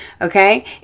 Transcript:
Okay